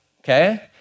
Okay